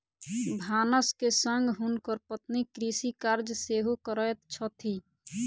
भानस के संग हुनकर पत्नी कृषि कार्य सेहो करैत छथि